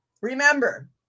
Remember